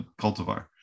cultivar